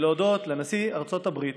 ולהודות לנשיא ארצות הברית